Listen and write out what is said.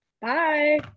Bye